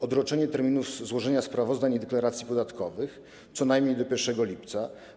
Odroczenie terminów złożenia sprawozdań i deklaracji podatkowych co najmniej do 1 lipca.